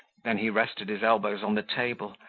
then he rested his elbows on the table,